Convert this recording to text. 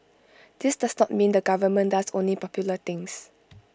this does not mean the government does only popular things